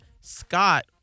Scott